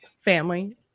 family